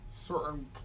certain